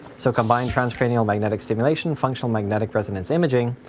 so combined transcranial magnetic stimulation, functional magnetic resonance imaging,